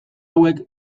hauek